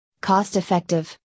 Cost-effective